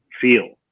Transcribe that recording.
feel